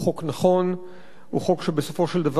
הוא חוק שבסופו של דבר יסייע לסופרים,